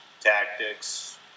tactics